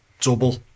double